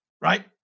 right